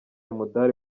umudali